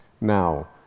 Now